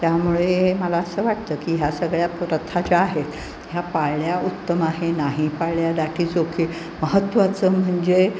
त्यामुळे मला असं वाटतं की ह्या सगळ्या प्रथा ज्या आहेत ह्या पाळल्या उत्तम आहे नाही पाळल्या दॅट इज ओके महत्त्वाचं म्हणजे